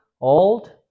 old